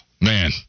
man